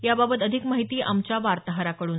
याबाबत अधिक माहिती आमच्या वार्ताहराकडून